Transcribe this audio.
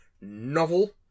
novel